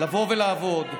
לבוא ולעבוד.